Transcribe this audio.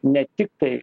ne tiktai